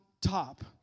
top